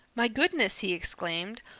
my goodness, he exclaimed,